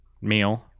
meal